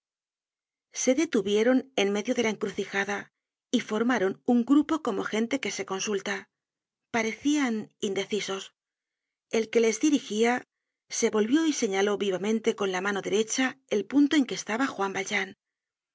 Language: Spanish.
se detuvieron en medio de la encrucijada y formaron un grupo como gente que se consulta parecian indecisos el que les dirigía se volvió y señaló vivamente con la mano derecha el punto en que estaba juan valjean